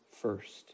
first